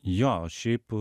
jo o šiaip